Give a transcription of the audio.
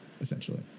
essentially